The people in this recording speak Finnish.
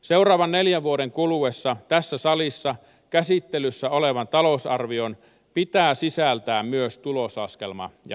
seuraavan neljän vuoden kuluessa tässä salissa käsittelyssä olevan talousarvion pitää sisältää myös tuloslaskelma ja tase